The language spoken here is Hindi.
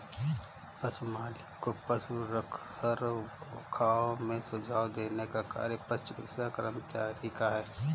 पशु मालिक को पशु रखरखाव में सुझाव देने का कार्य पशु चिकित्सा कर्मचारी का है